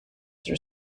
their